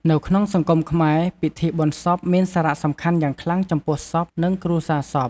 នៅក្នុងសង្គមខ្មែរ ពិធីបុណ្យសពមានសារៈសំខាន់យ៉ាងខ្លាំងចំពោះសព និងគ្រួសារសព។